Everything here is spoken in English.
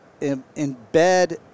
embed